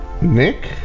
Nick